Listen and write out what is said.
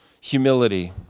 humility